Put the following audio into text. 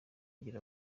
igira